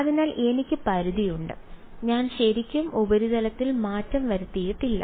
അതിനാൽ എനിക്ക് പരിധിയുണ്ട് ഞാൻ ശരിക്കും ഉപരിതലത്തിൽ മാറ്റം വരുത്തിയിട്ടില്ല